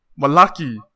Malaki